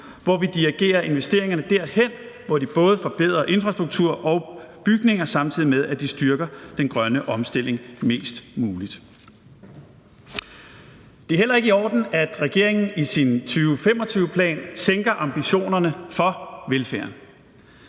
hvor vi dirigerer investeringerne derhen, hvor de både forbedrer infrastruktur og bygninger, samtidig med at de styrker den grønne omstilling mest muligt. Kl. 13:48 Det er heller ikke i orden, at regeringen i sin 2025-plan sænker ambitionerne for velfærden.